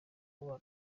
kubona